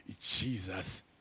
Jesus